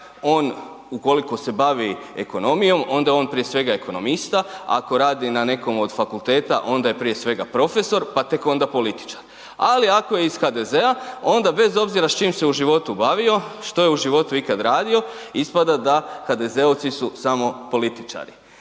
on ukoliko se2 bavi ekonomijom, onda on prije svega je ekonomista, ako radi na nekom od fakulteta, onda je prije svega profesor pa tek onda političar ali ako je iz HDZ-a, onda bez obzira s čim se u životu bavio, što je u životu ikad radio, ispada da HDZ-ovci su samo političari.